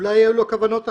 אולי היו לו כוונות אחרות.